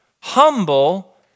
Humble